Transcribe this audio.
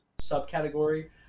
subcategory